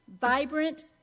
vibrant